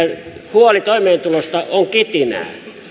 huoli toimeentulosta on kitinää